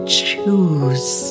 choose